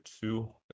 two